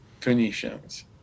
Phoenicians